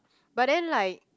but then like